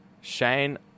Shane